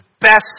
best